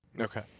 Okay